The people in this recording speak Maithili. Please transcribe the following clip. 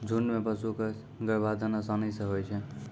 झुंड म पशु क गर्भाधान आसानी सें होय छै